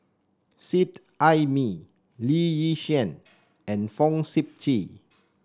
Seet Ai Mee Lee Yi Shyan and Fong Sip Chee